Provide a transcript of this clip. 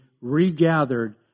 regathered